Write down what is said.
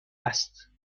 است